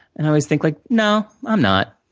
and, i always think, like no, i'm not.